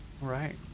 Right